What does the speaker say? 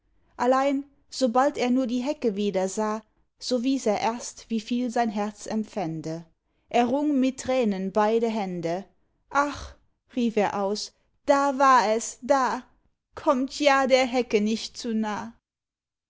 allein sobald er nur die hecke wieder sah so wies er erst wieviel sein herz empfände er rung mit tränen beide hände ach rief er aus da war es da kommt ja der hecke nicht zu nah